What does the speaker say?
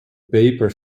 paper